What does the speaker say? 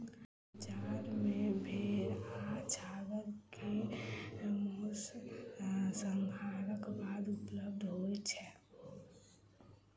बजार मे भेड़ आ छागर के मौस, संहारक बाद उपलब्ध होय छै